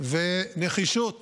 ונחישות